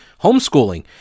homeschooling